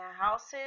houses